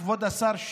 כבוד השר,